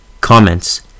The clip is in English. Comments